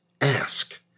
ask